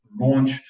launch